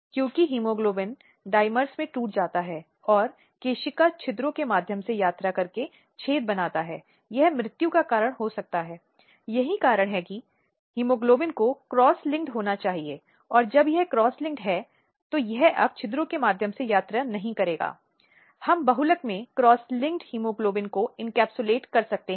तो परिवार बालिका को जीवित के रूप में भी नहीं पहचानता है मात्र न्यूनतम को छोड़कर स्वास्थ्य भोजन आवश्यक देखभाल के लिए प्रदान नहीं करता है जो इस तरह के बच्चे के लिए आवश्यक है